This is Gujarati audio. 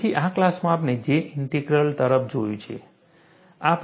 તેથી આ ક્લાસમાં આપણે J ઇન્ટિગ્રલ તરફ જોયું છે